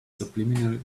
subliminal